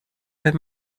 wenn